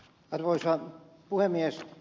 arvoisa puhemies